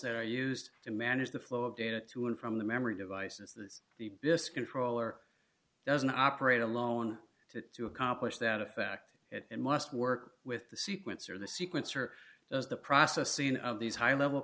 that are used to manage the flow of data to and from the memory devices that is the biggest controller doesn't operate alone to accomplish that effect it must work with the sequence or the sequence or the processing of these high level